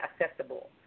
accessible